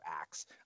acts